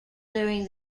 during